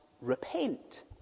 repent